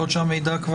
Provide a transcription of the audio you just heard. נכון?